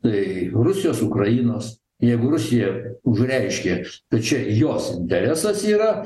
tai rusijos ukrainos jeigu rusija užreiškė tai čia jos interesas yra